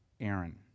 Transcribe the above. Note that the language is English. Aaron